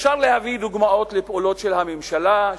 אפשר להביא דוגמאות לפעולות של הממשלה,